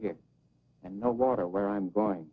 here and no water where i'm going